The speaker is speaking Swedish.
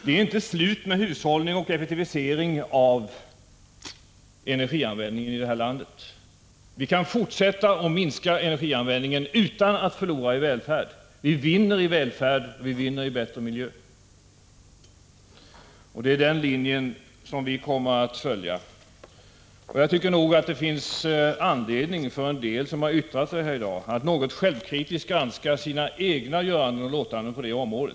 Det är inte slut på möjligheterna till hushållning och effektivisering vad gäller energiförbrukningen i vårt land. Vi kan fortsätta att minska energianvändningen utan att förlora i välfärd. Med en sådan inriktning vinner vi tvärtom i fråga om välfärd och bättre miljö, och det är den linjen som vi kommer att följa. Jag tror att det finns anledning för en del som har yttrat sig här i dag att något självkritiskt granska sina egna göranden och låtanden på detta område.